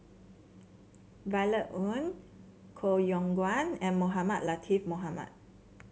Violet Oon Koh Yong Guan and Mohamed Latiff Mohamed